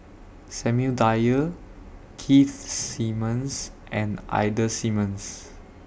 Samuel Dyer Keith Simmons and Ida Simmons